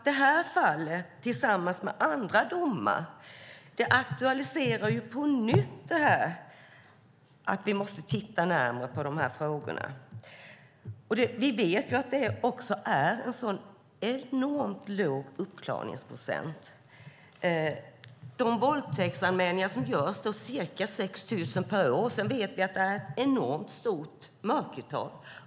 Det fallet, tillsammans med andra domar, aktualiserar på nytt att vi måste titta närmare på de här frågorna. Vi vet att det är en enormt låg uppklarningsprocent. Det görs ca 6 000 våldtäktsanmälningar per år, och vi vet att det är ett enormt stort mörkertal.